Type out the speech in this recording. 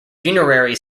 funerary